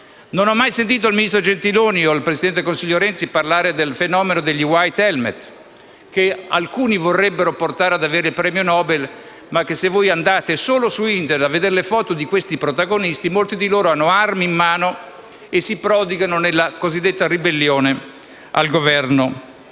Non ho mai sentito il ministro Gentiloni o il presidente del Consiglio Renzi parlare del fenomeno dei *white helmet*, che alcuni vorrebbero portare ad avere il premio Nobel. Se andate però su Internet a vedere le foto di questi protagonisti, noterete che molti di loro hanno armi in mano e si prodigano nella cosiddetta ribellione al Governo